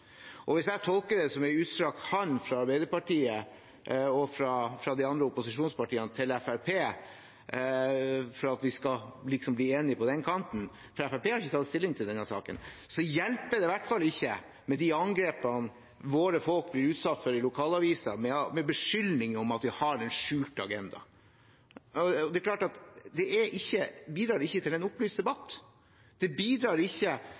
Hvis jeg tolker det som en utstrakt hånd til Fremskrittspartiet fra Arbeiderpartiet og de andre opposisjonspartiene for at vi skal bli enige på den kanten – for Fremskrittspartiet har ikke tatt stilling i denne saken – så hjelper det i hvert fall ikke med de angrepene våre folk blir utsatt for i lokalaviser med beskyldninger om at vi har en skjult agenda. Det bidrar ikke til en opplyst debatt, det bidrar ikke til